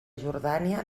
jordània